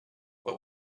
what